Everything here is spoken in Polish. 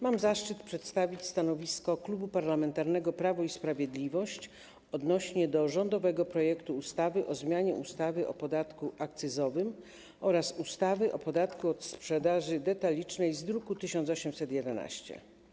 Mam zaszczyt przedstawić stanowisko Klubu Parlamentarnego Prawo i Sprawiedliwość odnośnie do rządowego projektu ustawy o zmianie ustawy o podatku akcyzowym oraz ustawy o podatku od sprzedaży detalicznej z druku nr 1811.